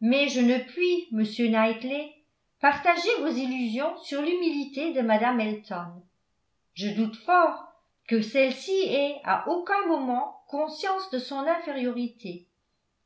mais je ne puis monsieur knightley partager vos illusions sur l'humilité de mme elton je doute fort que celle-ci ait à aucun moment conscience de son infériorité